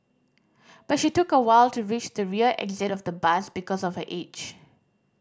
but she took a while to reach the rear exit of the bus because of her age